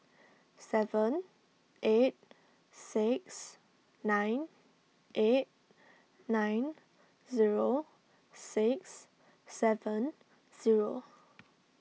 seven eight six nine eight nine zero six seven zero